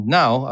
now